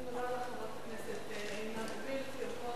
אני מודה לך, חברת הכנסת עינת וילף.